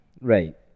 Right